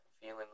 feeling